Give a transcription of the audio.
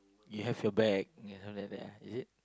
you have your bag yeah just now that bag ah is it